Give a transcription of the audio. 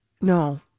no